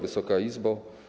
Wysoka Izbo!